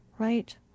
right